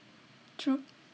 true